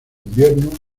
invierno